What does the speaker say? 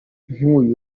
nk’uyu